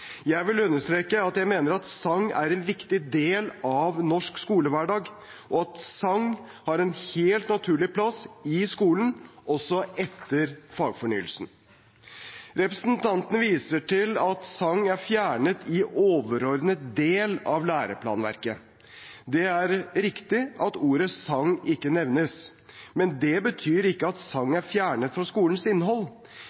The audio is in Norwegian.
Jeg vil understreke at jeg mener at sang er en viktig del av norsk skolehverdag, og at sang har en helt naturlig plass i skolen, også etter fagfornyelsen. Representanten Tvedt Solberg viser til at sang er fjernet i overordnet del av læreplanverket. Det er riktig at ordet «sang» ikke nevnes. Det betyr ikke at sang